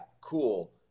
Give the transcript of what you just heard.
cool